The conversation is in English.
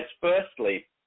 firstly